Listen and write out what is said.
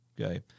Okay